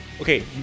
Okay